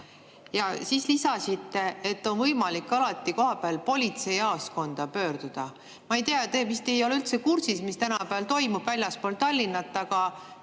ja siis lisasite, et alati on võimalik kohapeal politseijaoskonda pöörduda. Ma ei tea, te vist ei ole üldse kursis, mis tänapäeval toimub väljaspool Tallinna, aga